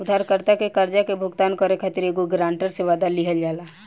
उधारकर्ता के कर्जा के भुगतान करे खातिर एगो ग्रांटर से, वादा लिहल जाला